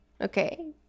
okay